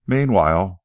Meanwhile